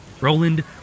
Roland